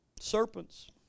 Serpents